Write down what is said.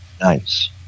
Nice